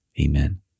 Amen